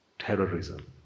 Terrorism